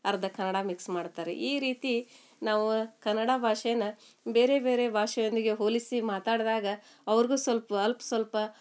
ಅರ್ಧ ಕನ್ನಡ ಮಿಕ್ಸ್ ಮಾಡ್ತಾರೆ ರೀ ಈ ರೀತಿ ನಾವು ಕನ್ನಡ ಭಾಷೆನ ಬೇರೆ ಬೇರೆ ಭಾಷೆಯೊಂದಿಗೆ ಹೋಲಿಸಿ ಮಾತಾಡಿದಾಗ ಅವ್ರಿಗೂ ಸ್ವಲ್ಪ ಅಲ್ಪ ಸ್ವಲ್ಪ